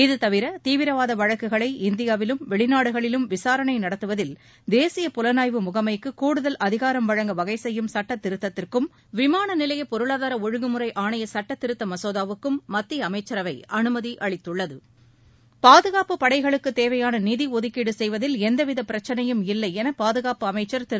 இதுதவிர தீவிரவாத வழக்குகளை இந்தியாவிலும் வெளிநாடுகளிலும் விசாரணை நடத்துவதில் தேசிய புலனாய்வு முகமைக்கு கூடுதல் அதிகாரம் வழங்க வகை செப்யும் சட்டத் திருத்தத்திற்கும் விமான நிலைய பொருளாதார ஒழுங்குமுறை ஆணைய சட்டத் திருத்த மசோதாவுக்கும் மத்திய அமைச்சரவை அனுமதி அளித்துள்ளது பாதுகாப்பு படைகளுக்குத் தேவையான நிதி ஒதுக்கீடு செய்வதில் எந்தவித பிரச்னையும் இல்லை என பாதுகாப்பு அமைச்சர் திரு